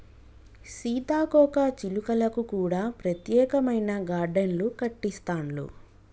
సీతాకోక చిలుకలకు కూడా ప్రత్యేకమైన గార్డెన్లు కట్టిస్తాండ్లు